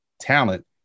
talent